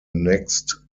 next